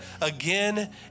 again